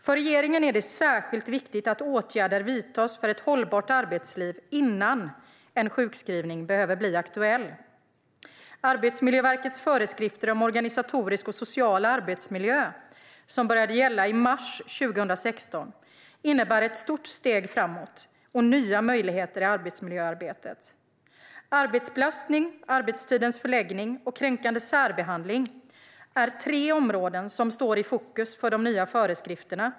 För regeringen är det särskilt viktigt att åtgärder vidtas för ett hållbart arbetsliv innan en sjukskrivning behöver bli aktuell. Arbetsmiljöverkets föreskrifter om organisatorisk och social arbetsmiljö, som började gälla i mars 2016, innebär ett stort steg framåt och nya möjligheter i arbetsmiljöarbetet. Arbetsbelastning, arbetstidens förläggning och kränkande särbehandling är tre områden som står i fokus för de nya föreskrifterna.